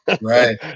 Right